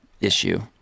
issue